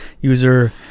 user